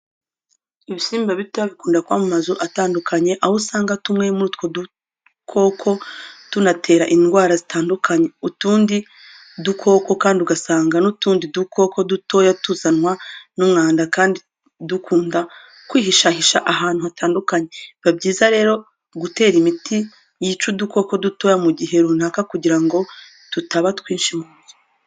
Ibisimba bitoya bikunda kuba mu mazu atandukanye, aho usangwa tumwe muri utwo dukoko tunatera indwara zitandukanye, utundi dukoko kandi ugasanga n'utundi dukoko dutoya tuzanwa n'umwanda kandi dukunda kwihishahisha ahantu hatandukanye. Biba byiza rero gutera imiti yica udukoko dutoya mu gihe runaka kugira ngo tutaba twinshi mu nzu.